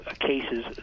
cases